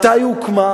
מתי היא הוקמה,